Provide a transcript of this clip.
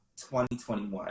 2021